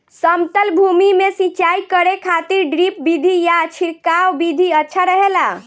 समतल भूमि में सिंचाई करे खातिर ड्रिप विधि या छिड़काव विधि अच्छा रहेला?